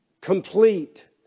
complete